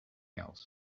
else